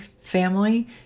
family